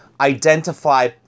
identify